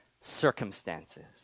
circumstances